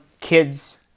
kids